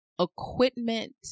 equipment